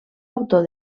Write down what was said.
autor